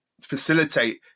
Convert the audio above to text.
facilitate